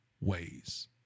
ways